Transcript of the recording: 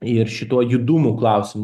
ir šituo judumo klausimu